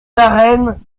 arènes